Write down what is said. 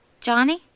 Johnny